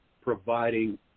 providing